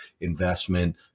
investment